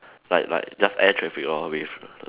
like like just air traffic lor